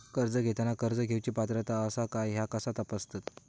कर्ज घेताना कर्ज घेवची पात्रता आसा काय ह्या कसा तपासतात?